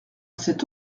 cette